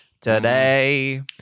today